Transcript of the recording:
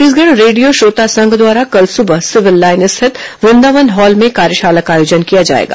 Chhattisgarh radio श्रोता संघ द्वारा कल सुबह सिविल लाइन स्थित वृंदावन हॉल में कार्यशाला का आयोजन किया जाएगा